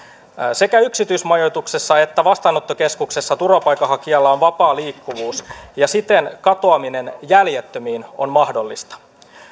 sekä yksityismajoituksessa että vastaanottokeskuksessa turvapaikanhakijalla on vapaa liikkuvuus ja siten katoaminen jäljettömiin on mahdollista